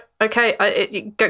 Okay